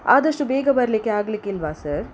ಆದಷ್ಟು ಬೇಗ ಬರಲಿಕ್ಕೆ ಆಗಲಿಕ್ಕಿಲ್ವ ಸರ್